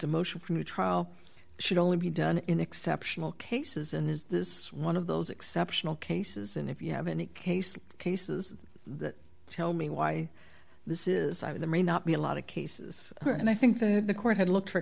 a motion for new trial should only be done in exceptional cases and is this one of those exceptional cases and if you have any case cases that tell me why this is i may not be a lot of cases and i think that the court had looked for